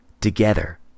Together